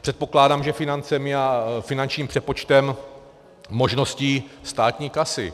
Předpokládám, že financemi a finančním přepočtem možností státní kasy.